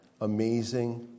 amazing